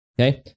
Okay